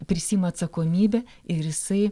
prisiima atsakomybę ir jisai